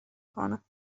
کنم